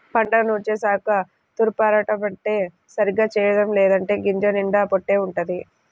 పంటను నూర్చేశాక తూర్పారబట్టడం సరిగ్గా చెయ్యలేదంటే గింజల నిండా పొట్టే వుంటది